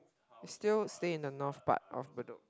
we still staying in the north part of Bedok